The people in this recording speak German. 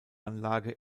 anlage